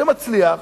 שמצליח